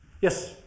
Yes